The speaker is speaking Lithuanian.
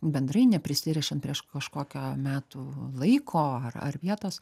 bendrai neprisirišant prieš kažkokio metų laiko ar ar vietos